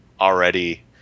already